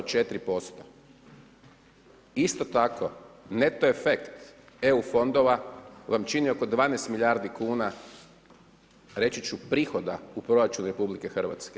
Isto tako neto efekt EU fondova vam čini oko 12 milijardi kuna, reći ću prihoda u proračun RH.